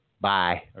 bye